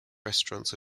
restaurants